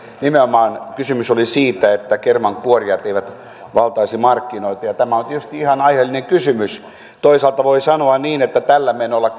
nimenomaan kysymys oli siitä että kermankuorijat eivät valtaisi markkinoita ja ja tämä on tietysti ihan aiheellinen kysymys toisaalta voi sanoa niin että tällä menolla